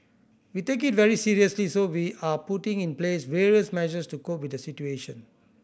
we take it very seriously so we are putting in place various measures to cope with the situation